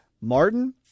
Martin